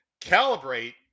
Calibrate